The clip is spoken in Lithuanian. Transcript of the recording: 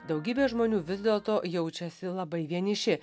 daugybė žmonių vis dėlto jaučiasi labai vieniši